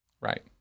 Right